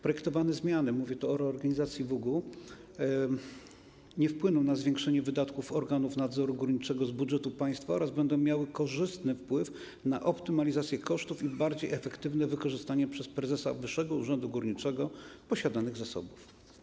Projektowane zmiany - mówię tu o reorganizacji WUG-u - nie wpłyną na zwiększenie wydatków organów nadzoru górniczego z budżetu państwa oraz będą miały korzystny wpływ na optymalizację kosztów i bardziej efektywne wykorzystanie przez prezesa Wyższego Urzędu Górniczego posiadanych zasobów.